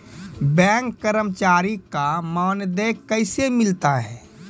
Bank कर्मचारी का मानदेय कैसे मिलता हैं?